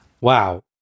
Wow